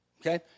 Okay